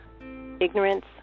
ignorance